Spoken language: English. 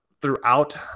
throughout